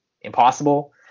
impossible